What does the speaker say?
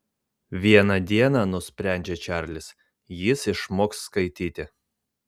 vieną dieną nusprendžia čarlis jis išmoks skaityti